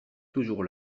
toujours